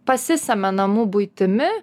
pasisemia namų buitimi